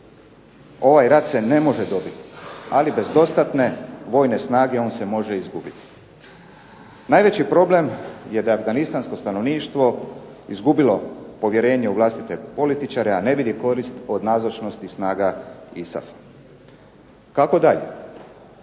ovaj rat se ne može dobiti, ali bez dostatne vojne snage on se može izgubiti". Najveći problem je da je afganistansko stanovništvo izgubilo povjerenje u vlastite političare, a ne vidi korist od nazočnosti snaga ISAF. Kako dalje?